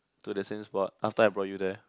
to the same spot after I brought you there